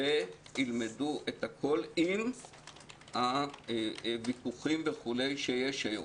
ותלמדו את הכול, עם הוויכוחים וכו' שיש היום.